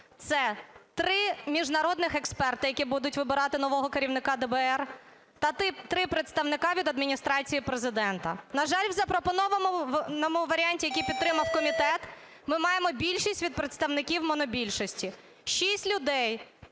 це три міжнародних експерта, які будуть обирати нового керівника ДБР та три представника від Адміністрації Президента. На жаль, в запропонованому варіанті, який підтримав комітет, ми маємо більшість від представників монобільшості. Шість людей,